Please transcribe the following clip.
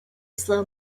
slow